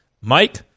Mike